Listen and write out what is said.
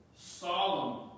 solemn